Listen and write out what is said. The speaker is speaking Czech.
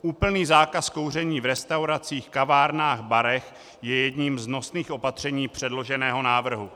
Úplný zákaz kouření v restauracích, kavárnách, barech je jedním z nosných opatření předloženého návrhu.